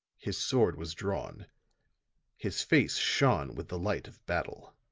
his sword was drawn his face shone with the light of battle.